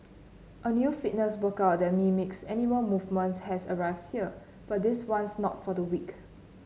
a new fitness workout that mimics animal movements has arrived here but this one's not for the weak